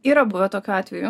yra buvę tokių atvejų